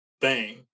bang